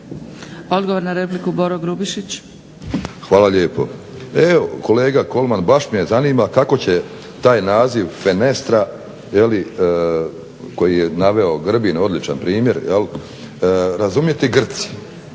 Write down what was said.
**Grubišić, Boro (HDSSB)** Hvala lijepo. Evo kolega Kolman baš me zanima kako će taj naziv fenestra je li koji je naveo Grbin odličan primjer razumjeti grci.